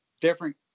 different